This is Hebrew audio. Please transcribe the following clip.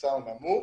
הממוצע נמוך.